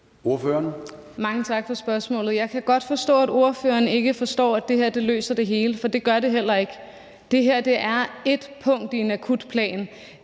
Mange tak for spørgsmålet. Jeg kan godt forstå, at ordføreren ikke forstår, at det her løser det hele, for det gør det heller ikke. Det her er ét punkt i en akutplan